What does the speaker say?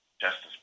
Justice